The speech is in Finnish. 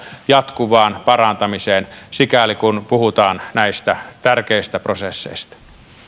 jatkuvaan parantamiseen sikäli kun puhutaan näistä tärkeistä prosesseista